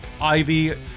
Ivy